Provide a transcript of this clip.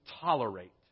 tolerate